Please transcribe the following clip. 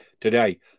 today